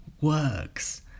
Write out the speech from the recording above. works